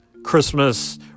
christmas